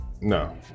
No